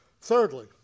Thirdly